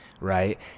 right